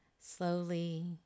slowly